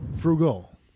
Frugal